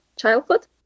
childhood